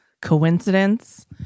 Coincidence